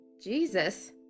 Jesus